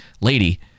lady